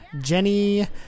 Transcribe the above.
Jenny